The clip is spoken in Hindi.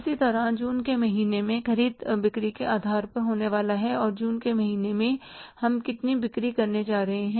इसी तरह जून के महीने में ख़रीद बिक्री के आधार पर होने वाली है और जून के महीने में हम कितनी बिक्री करने जा रहे हैं